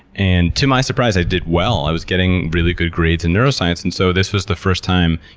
and to my surprise i did well. i was getting really good grades in neuroscience and so this was the first time